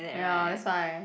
ya that's why